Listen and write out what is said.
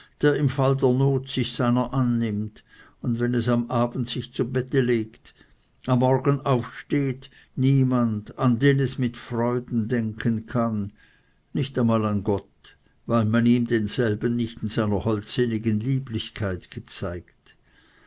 im fall der not sich seiner annimmt und wenn es am abend sich zu bette legt am morgen aufsteht niemand an den es mit freuden denken kann nicht einmal an gott weil man ihm denselben nicht in seiner holdseligen lieblichkeit gezeigt